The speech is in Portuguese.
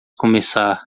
começar